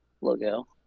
logo